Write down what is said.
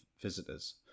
visitors